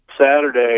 Saturday